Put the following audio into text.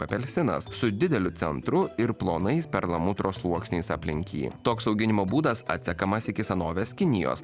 apelsinas su dideliu centru ir plonais perlamutro sluoksniais aplink jį toks auginimo būdas atsekamas iki senovės kinijos